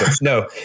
No